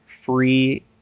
free